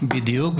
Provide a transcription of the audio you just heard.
בדיוק,